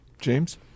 James